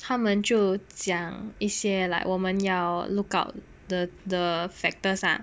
他们就讲一些 like 我们要 lookout the the factors ah